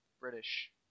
British